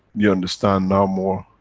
we understand now more,